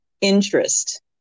interest